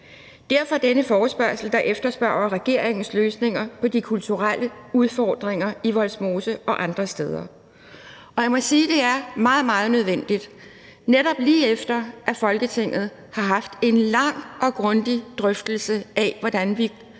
Derfor denne forespørgsel, der efterspørger regeringens løsninger på de kulturelle udfordringer i Vollsmose og andre steder. Jeg må sige, at det er meget, meget nødvendigt. Netop lige efter at Folketinget har haft en lang og grundig drøftelse af, hvordan vi